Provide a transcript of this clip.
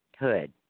hood